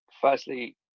firstly